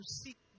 seek